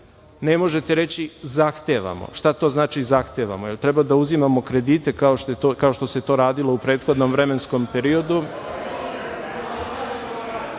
na možete reći - zahtevamo šta to znači zahtevamo, jer treba da uzimamo kredite kao što se to radilo u prethodnom vremenskom